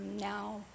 now